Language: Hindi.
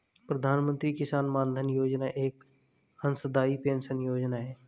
प्रधानमंत्री किसान मानधन योजना एक अंशदाई पेंशन योजना है